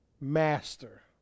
master